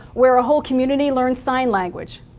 where a whole community learns sign language,